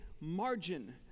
margin